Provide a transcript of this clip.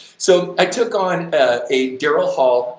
so, i took on ah a darrel hall,